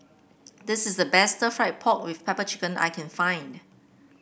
this is the best fry pork with pepper chicken I can find